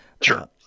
Sure